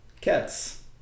Cats